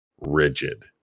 rigid